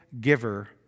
giver